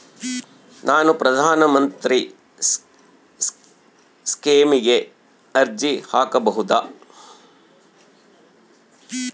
ನಾನು ಪ್ರಧಾನ ಮಂತ್ರಿ ಸ್ಕೇಮಿಗೆ ಅರ್ಜಿ ಹಾಕಬಹುದಾ?